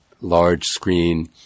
large-screen